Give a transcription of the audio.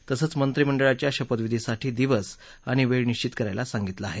तसंच मंत्रिमंडळाच्या शपथविधीसाठी दिवस अणि वेळ निश्वित करायला सांगितलं आहे